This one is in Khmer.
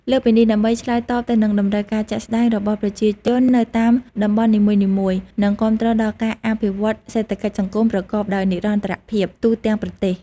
លើសពីនេះ ដើម្បីឆ្លើយតបទៅនឹងតម្រូវការជាក់ស្ដែងរបស់ប្រជាជននៅតាមតំបន់នីមួយៗ និងគាំទ្រដល់ការអភិវឌ្ឍសេដ្ឋកិច្ចសង្គមប្រកបដោយនិរន្តរភាពទូទាំងប្រទេស។